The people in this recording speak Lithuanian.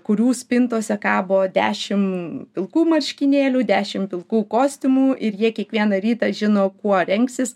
kurių spintose kabo dešim pilkų marškinėlių dešim pilkų kostiumų ir jie kiekvieną rytą žino kuo rengsis